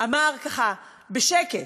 אמר ככה בשקט,